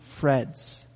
freds